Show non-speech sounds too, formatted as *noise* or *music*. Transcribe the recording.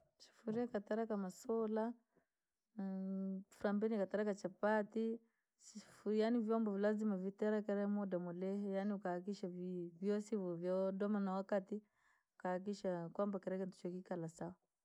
Sufuria ikatereka masula, *hesitation* flampeni ikatereka chapatii, sufuria yaani vyomboo lazima viterekere muda mulihi, yaani ukahakikisha vii vyoosi vuu vyoodema na wakati, ukahakikisha kwamba kila kintu chokikara sawa.